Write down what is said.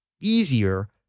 easier